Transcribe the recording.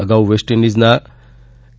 અગાઉ West Indies કે